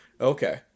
Okay